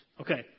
Okay